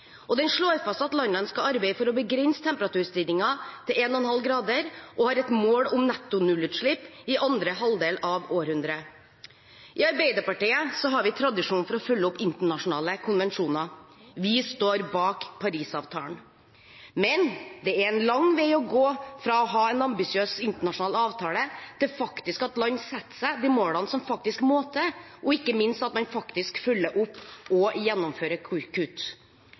Den slår fast at landene skal arbeide for å begrense temperaturstigningen til 1,5 grader og har et mål om netto nullutslipp i andre halvdel av århundret. I Arbeiderpartiet har vi tradisjon for å følge opp internasjonale konvensjoner. Vi står bak Paris-avtalen, men det er en lang vei å gå fra å ha en ambisiøs internasjonal avtale til at land faktisk setter seg de målene som må til, og ikke minst følger opp og gjennomfører kutt.